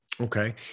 Okay